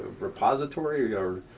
repository, or.